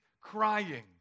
crying